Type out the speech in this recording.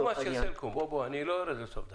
אני לא יורד לסוף דעתך.